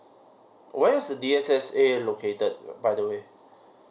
where is the D_S_S_A located by the way